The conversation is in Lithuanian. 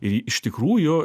ir jį iš tikrųjų